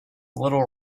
little